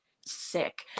sick